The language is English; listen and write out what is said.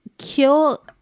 kill